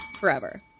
forever